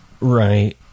Right